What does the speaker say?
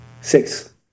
six